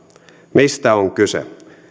mistä on kyse